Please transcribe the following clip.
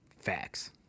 Facts